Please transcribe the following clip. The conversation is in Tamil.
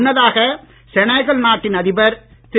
முன்னதாக செனகல் நாட்டின் அதிபர் திரு